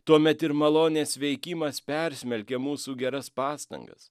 tuomet ir malonės veikimas persmelkia mūsų geras pastangas